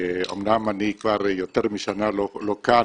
אמנם אני כבר יותר משנה לא כאן,